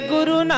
Guru